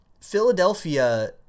Philadelphia